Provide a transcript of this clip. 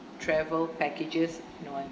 travel packages no I mean